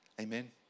amen